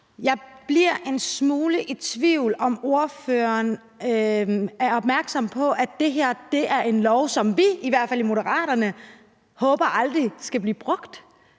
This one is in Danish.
Jeg bliver en smule i tvivl om, om ordføreren er opmærksom på, at det her er en lov, som vi i Moderaterne i hvert fald håber aldrig skal blive brugt,